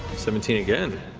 seventeen again,